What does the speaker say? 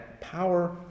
power